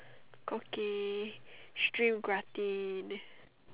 Cookie Stream Gratin